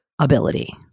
ability